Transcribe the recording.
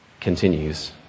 continues